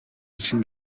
için